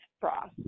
frost